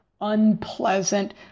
unpleasant